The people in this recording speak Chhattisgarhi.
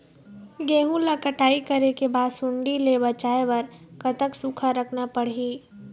गेहूं ला कटाई करे बाद सुण्डी ले बचाए बर कतक सूखा रखना पड़ही?